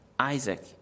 Isaac